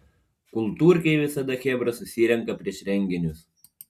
kultūrkėj visada chebra susirenka prieš renginius